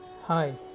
Hi